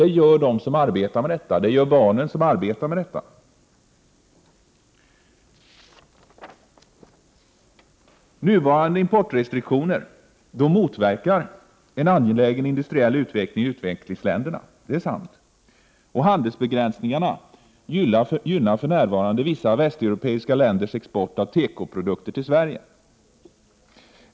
Jo, det gör barnen som arbetar med detta. Nuvarande importrestriktioner motverkar en angelägen industriell utveckling i utvecklingsländerna, det är sant. Handelsbegränsningarna gynnar för närvarande vissa västeuropeiska länders export av tekoprodukter till Sverige.